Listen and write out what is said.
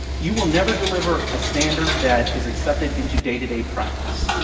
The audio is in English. you will never deliver a standard that is accepted into day-to-day practice.